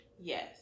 Yes